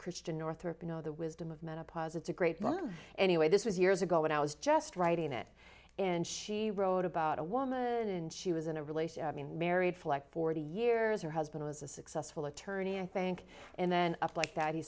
christian northrup you know the wisdom of menopause it's a great one anyway this was years ago when i was just writing it and she wrote about a woman and she was in a relationship mean married flecked forty years her husband was a successful attorney i think and then up like that he